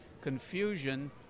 confusion